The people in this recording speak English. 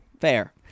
Fair